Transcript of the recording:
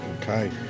Okay